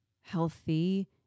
healthy